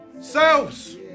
selves